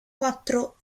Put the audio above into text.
quattro